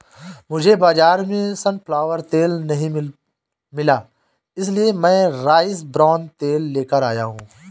मुझे बाजार में सनफ्लावर तेल नहीं मिला इसलिए मैं राइस ब्रान तेल लेकर आया हूं